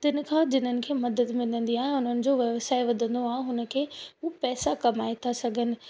तिनखां जिनन खे मदद मिलंदी आहे ऐं हुननि जो व्यव्साय वधंदो आहे हुनखे उहे पैसा कमाए था सघनि